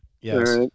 Yes